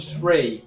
three